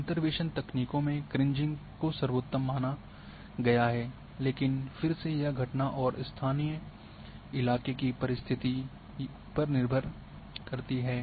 अंतर्वेसन तकनीकों में क्रीजिंग को सर्वोत्तम माना गया है लेकिन फिर से यह घटना और स्थानीय इलाके की परिस्थितियों पर निर्भर करती है